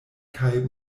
kaj